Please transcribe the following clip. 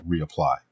reapply